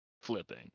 flipping